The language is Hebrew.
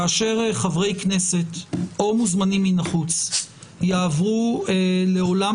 כאשר חברי כנסת או מוזמנים יעברו לעולם